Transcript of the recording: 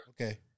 Okay